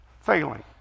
failing